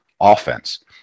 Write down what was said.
offense